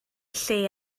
lle